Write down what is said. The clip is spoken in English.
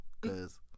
Cause